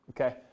okay